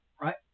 right